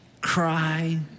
cry